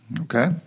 Okay